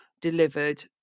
delivered